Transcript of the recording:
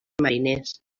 mariners